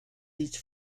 these